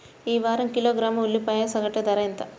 ఈ వారం కిలోగ్రాము ఉల్లిపాయల సగటు ధర ఎంత?